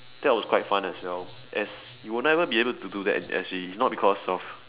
that was quite fun as well as you would not even be able to do that in S_G is not because of